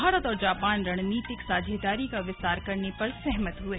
भारत और जापान रणनीतिक साझेदारी का विस्तानर करने पर सहमत हुए